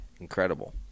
Incredible